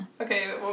okay